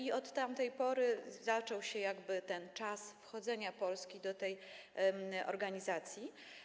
I od tamtej pory zaczął się jakby ten czas wchodzenia Polski do tej organizacji.